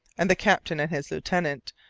and the captain and his lieutenant,